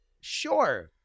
Sure